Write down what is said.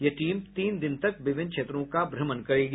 यह टीम तीन दिन तक विभिन्न क्षेत्रों का भ्रमण करेगी